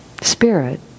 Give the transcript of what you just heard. spirit